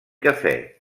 cafè